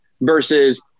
versus